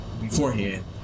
beforehand